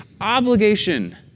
obligation